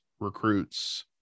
recruits